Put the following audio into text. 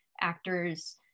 actors